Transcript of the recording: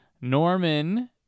Norman